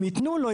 אם יתנו לו,